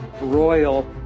royal